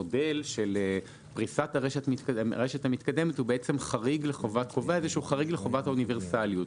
המודל של פריסת הרשת המתקדמת קובע איזשהו חריג לחובת האוניברסליות.